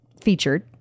featured